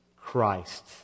Christ